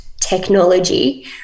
technology